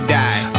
die